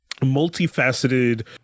multifaceted